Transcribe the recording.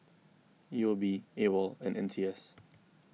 U O B Awol and N C S